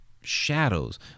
shadows